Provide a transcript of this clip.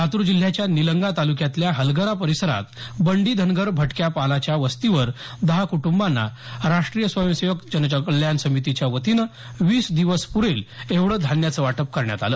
लातूर जिल्ह्याच्या निलंगा तालुक्यातल्या हलगरा परिसरात बंडी धनगर भटक्या पालाच्या वस्तीवर दहा कुटुंबाना राष्ट्रीय स्वयंसेवक जनकल्याण समितीच्या वतीनं वीस दिवस पूरेल एवढं धान्याचं वाटप करण्यात आलं